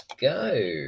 go